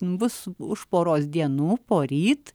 bus už poros dienų poryt